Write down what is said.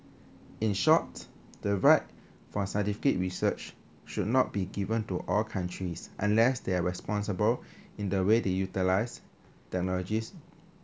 in short the right for scientific research should not be given to all countries unless they are responsible in the way they utilise technologies